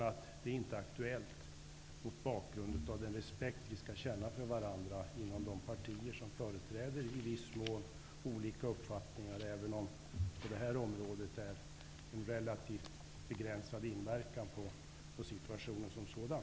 Det är alltså inte aktuellt med en ändring, mot bakgrund av den respekt som vi i de partier som i viss mån företräder olika uppfattningar skall känna för varandra -- även om det på detta område får en relativt begränsad inverkan på situationen som sådan.